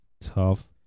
tough